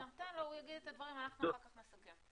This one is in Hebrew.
הוא יגיד את הדברים ואנחנו אחר-כך נסכם.